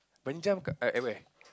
at where